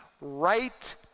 right